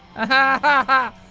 ah ha ha ha!